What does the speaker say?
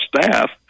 staff